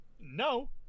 No